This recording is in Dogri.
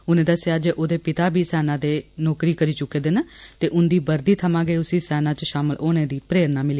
उनें दस्सेया जे ओहदे पिता बी सेना दी नौकरी करी चुके दे न ते उन्दी वर्दी थमां गै उस्सी सेना च शामल होने दी प्रेरणा मिली